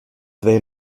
they